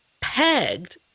pegged